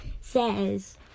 says